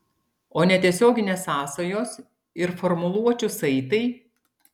o netiesioginės sąsajos ir formuluočių saitai